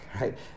right